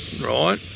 Right